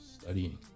studying